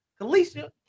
Kalisha